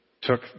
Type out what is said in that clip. took